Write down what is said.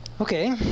okay